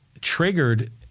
triggered